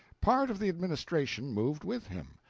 part of the administration moved with him.